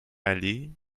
allée